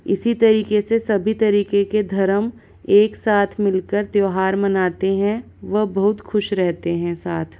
इसी तरीके से सभी तरीके के धर्म एक साथ मिलकर त्योहार मनाते हैं व बहुत खुश रहते हैं साथ